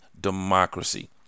democracy